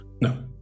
No